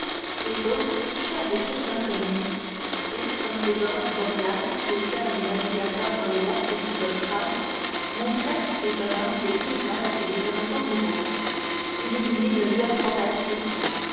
les autres touchaient à des choses inconnues et comme ces aurores boréales qui éclairent les navigateurs dans les latitudes australes montraient au jeune homme des paysages et des horizons nouveaux illuminés de lueurs fantastiques